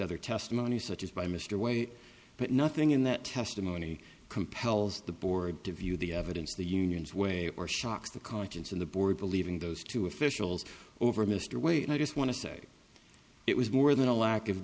other testimony such as by mr way but nothing in that testimony compels the board to view the evidence the union's way or shocks the conscience of the board believing those two officials over mr wade i just want to say it was more than a lack of